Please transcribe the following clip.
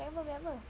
bag apa bag apa